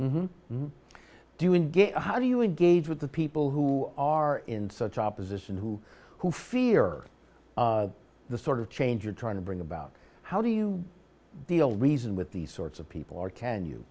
growing how do you engage with the people who are in such opposition who who fear the sort of change you're trying to bring about how do you deal reason with these sorts of people or can you